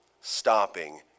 stopping